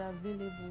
available